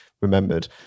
remembered